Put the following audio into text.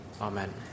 Amen